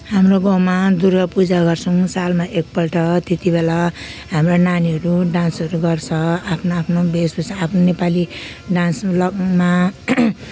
हाम्रो गाउँमा दुर्गापूजा गर्छौँ सालमा एकपल्ट त्यत्ति बेला हाम्रो नानीहरू डान्सहरू गर्छ आफ्नो आफ्नो वेशभूषा आफ्नो नेपाली डान्स ल मा